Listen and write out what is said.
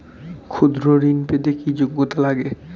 ক্ষুদ্র ঋণ পেতে কি যোগ্যতা লাগে?